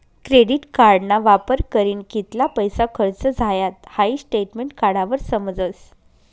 credit कार्डना वापर करीन कित्ला पैसा खर्च झायात हाई स्टेटमेंट काढावर समजस